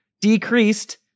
decreased